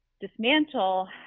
dismantle